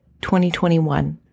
2021